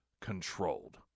controlled